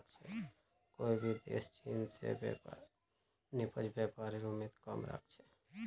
कोई भी देश चीन स निष्पक्ष व्यापारेर उम्मीद कम राख छेक